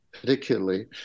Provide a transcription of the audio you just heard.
particularly